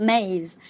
Maze